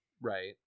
right